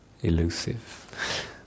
elusive